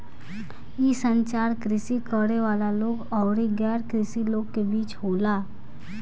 इ संचार कृषि करे वाला लोग अउरी गैर कृषि लोग के बीच होला